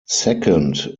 second